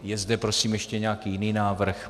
Je zde, prosím, ještě nějaký jiný návrh?